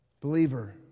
Believer